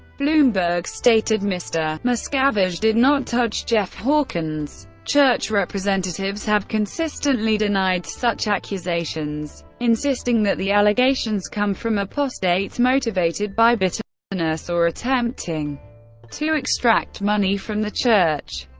bloomberg stated mr. miscavige did not touch jeff hawkins. church representatives have consistently denied such accusations, insisting that the allegations come from apostates motivated by but bitterness or attempting to extract money from the church.